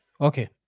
Okay